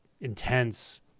intense